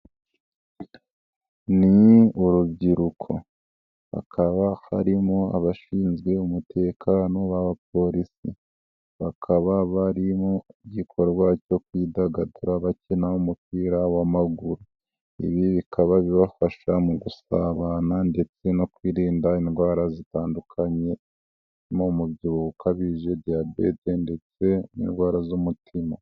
Ni urubyiruko hakaba harimo abashinzwe umutekano b'abapolisi, bakaba bari mu gikorwa cyo kwidagadura bakina umupira w'amaguru, ibi bikaba bibafasha mu gusabana ndetse no kwirinda indwara zitandukanye n'umubyibuho ukabije, diyabete ndetse n'indwara z'umutima.